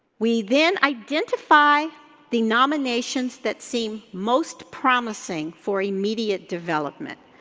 we then identify the nominations that seem most promising for immediate development.